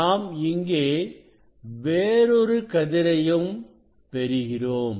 நாம் இங்கே வேறொரு கதிரையும் பெறுகிறோம்